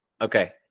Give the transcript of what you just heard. Okay